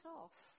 off